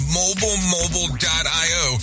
mobilemobile.io